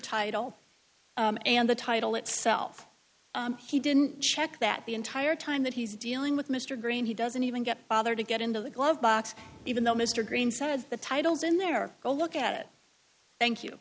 title and the title itself he didn't check that the entire time that he's dealing with mr green he doesn't even get bother to get into the glove box even though mr green said the titles in there go look at it thank you